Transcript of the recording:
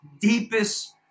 deepest